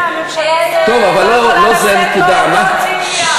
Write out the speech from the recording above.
הממשלה לא יכולה לשאת אותיות מתות בתקציב.